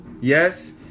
Yes